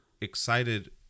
excited